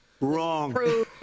Wrong